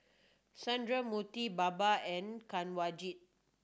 Sundramoorthy Baba and Kanwaljit